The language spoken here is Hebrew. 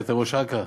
אתה היית ראש אכ"א,